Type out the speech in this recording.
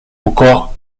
encore